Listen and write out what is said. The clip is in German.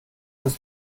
des